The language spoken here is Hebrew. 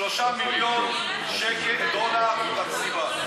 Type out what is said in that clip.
3 מיליון דולר למסיבה.